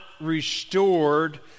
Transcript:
restored